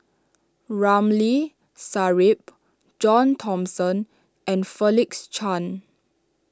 Ramli Sarip John Thomson and Felix Cheong